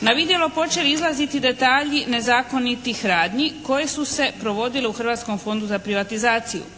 na vidjelo počeli izlaziti detalji nezakonitih radnji koje su se provodile u Hrvatskom fondu za privatizaciju.